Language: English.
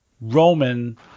Roman